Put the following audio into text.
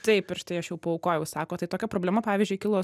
taip ir štai aš jau paaukojau sako tai tokia problema pavyzdžiui kilo